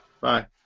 Bye